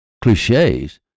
cliches